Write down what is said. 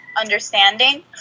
understanding